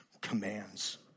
commands